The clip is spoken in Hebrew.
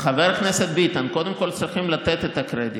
חבר הכנסת ביטן, קודם כול צריכים לתת את הקרדיט,